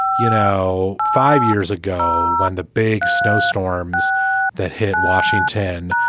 you know, five years ago when the big snowstorms that hit washington.